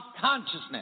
consciousness